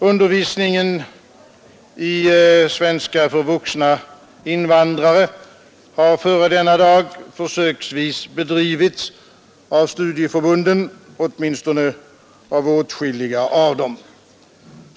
Undervisningen i svenska för vuxna invandrare har före denna dag försöksvis bedrivits av studieförbunden, åtminstone av åtskilliga av dem.